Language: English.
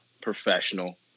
professional